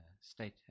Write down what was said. State